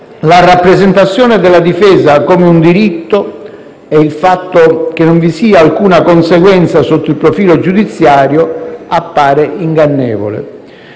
la rappresentazione della difesa come un diritto, e il fatto che non vi sia alcuna conseguenza sotto il profilo giudiziario, appare ingannevole.